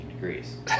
degrees